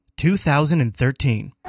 2013